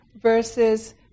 versus